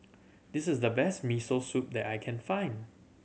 this is the best Miso Soup that I can find